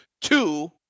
Two